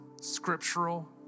scriptural